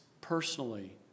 personally